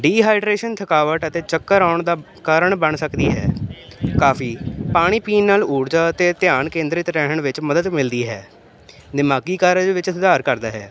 dehydration ਥਕਾਵਟ ਅਤੇ ਚੱਕਰ ਆਉਣ ਦਾ ਕਾਰਨ ਬਣ ਸਕਦੀ ਹੈ ਕਾਫੀ ਪਾਣੀ ਪੀਣ ਨਾਲ ਊਰਜਾ 'ਤੇ ਧਿਆਨ ਕੇਂਦਰਿਤ ਰਹਿਣ ਵਿੱਚ ਮਦਦ ਮਿਲਦੀ ਹੈ ਦਿਮਾਗੀ ਕਾਰਜ ਵਿੱਚ ਸੁਧਾਰ ਕਰਦਾ ਹੈ